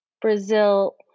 Brazil